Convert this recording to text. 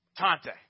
Tante